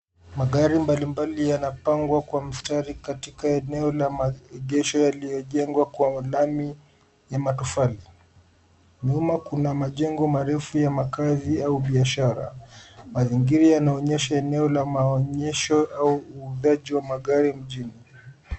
Magari mbalimbali yanapangwa kwa mstari katika eneo la maegesho yaliyojengwa kwa lami na matofali. Nyuma kuna majengo marefu ya makaazi au biashara. Mazingira yanaonyesha eneo la maegesho au uundaji wa magari mjini.